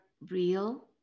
real